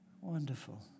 Wonderful